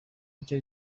icyo